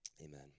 amen